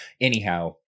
Anyhow